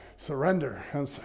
surrender